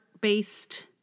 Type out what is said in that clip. based